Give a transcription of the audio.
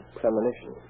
premonition